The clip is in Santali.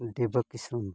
ᱫᱮᱵᱟ ᱠᱤᱥᱩᱱ